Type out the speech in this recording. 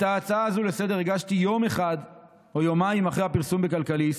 את ההצעה הזו לסדר-היום הגשתי יום אחד או יומיים אחרי הפרסום בכלכליסט.